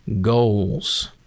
goals